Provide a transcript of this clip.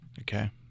okay